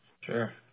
Sure